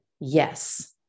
yes